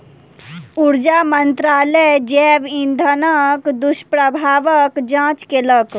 ऊर्जा मंत्रालय जैव इंधनक दुष्प्रभावक जांच केलक